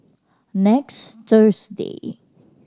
next Thursday